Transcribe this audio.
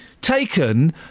taken